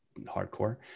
hardcore